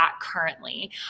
currently